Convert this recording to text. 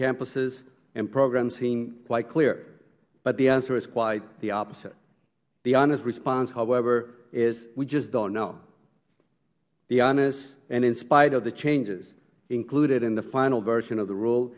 campuses and programs seems quite clear but the answer is quite the opposite the honest response however is we just don't know the honest and in spite of the changes included in the final version of the rule